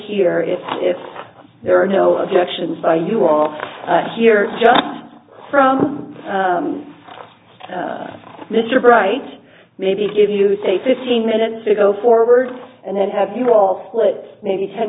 hear it if there are no objections by you all here just from mr bright maybe give you say fifteen minutes to go forward and then have you all split maybe ten